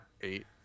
eight